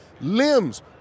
limbs